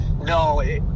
No